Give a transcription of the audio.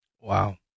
Wow